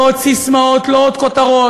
לא עוד ססמאות, לא עוד כותרות.